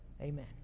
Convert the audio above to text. amen